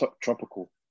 Tropical